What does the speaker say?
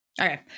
Okay